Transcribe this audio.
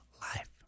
life